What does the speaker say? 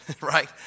right